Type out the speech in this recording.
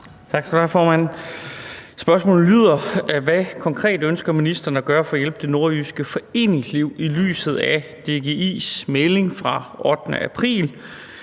Tak, formand. Spørgsmålet lyder: Hvad konkret ønsker ministeren at gøre for at hjælpe det nordjyske foreningsliv i lyset af DGI's melding fra den 8. april